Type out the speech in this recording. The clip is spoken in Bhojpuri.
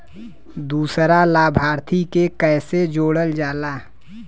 दूसरा लाभार्थी के कैसे जोड़ल जाला?